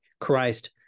Christ